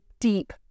deep